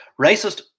racist